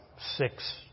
six